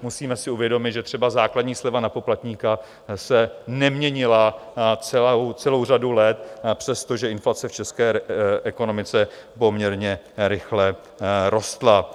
Musíme si uvědomit, že třeba základní sleva na poplatníka se neměnila celou řadu let, přestože inflace v české ekonomice poměrně rychle rostla.